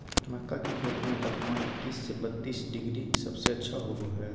मक्का के खेती में तापमान इक्कीस से बत्तीस डिग्री सबसे अच्छा होबो हइ